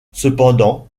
cependant